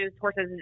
horses